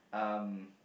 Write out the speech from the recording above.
um